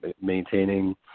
maintaining